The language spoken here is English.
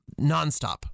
nonstop